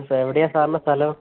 എവിടെയാണു സാറിന്റെ സ്ഥലം